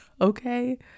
okay